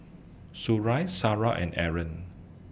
Suria Sarah and Aaron